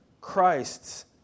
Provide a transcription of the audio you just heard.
Christ's